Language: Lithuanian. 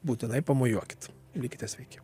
būtinai pamojuokit likite sveiki